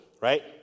right